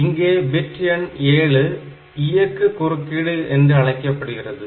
இங்கே பின் எண் 7 இயக்கு குறுக்கீடு என்று அழைக்கப்படுகிறது